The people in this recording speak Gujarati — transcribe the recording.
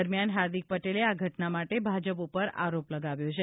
દરમિયાન હાર્દિક પટેલે આ ઘટના માટે ભાજપ ઉપર આરોપ લગાવ્યો છે